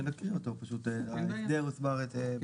הצבעה סעיף 85(38) אושר מי בעד סעיף 39?